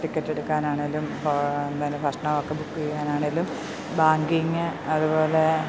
ടിക്കറ്റെടുക്കാനാണെങ്കിലും ഇപ്പോൾ എന്തെങ്കിലും ഭക്ഷണമൊക്കെ ബുക്ക് ചെയ്യാനാണെങ്കിലും ബാങ്കിങ്ങ് അതുപോലെ